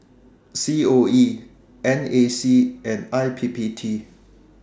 COE NAC and IPPT